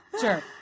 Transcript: Sure